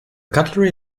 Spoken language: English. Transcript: cutlery